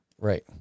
Right